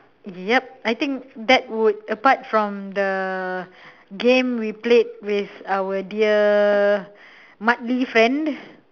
yup I think that would apart from the game we played with our dear friend